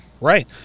Right